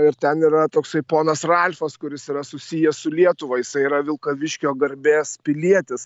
ir ten yra toksai ponas ralfas kuris yra susijęs su lietuva jisai yra vilkaviškio garbės pilietis